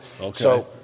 Okay